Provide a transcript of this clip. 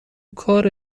کار